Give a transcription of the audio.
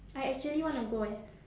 I actually wanna go eh